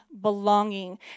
belonging